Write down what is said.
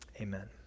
amen